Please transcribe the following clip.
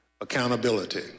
accountability